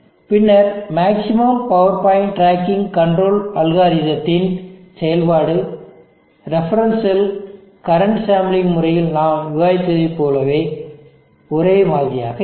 பின்னர் maximum power point tracking control அல்காரிதத்தின் செயல்பாடு ரெஃபரன்ஸ் செல் கரண்ட் சாம்பிளிங் முறையில் நாம் விவாதித்ததைப் போலவே ஒரே மாதிரியாக இருக்கும்